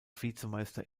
vizemeister